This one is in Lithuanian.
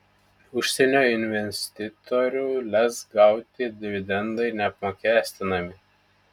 užsienio investitorių lez gauti dividendai neapmokestinami